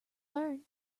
learn